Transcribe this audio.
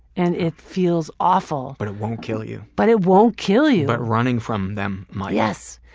and it feels awful. but it won't kill you. but it won't kill you. but running from them might. yes.